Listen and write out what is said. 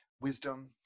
wisdom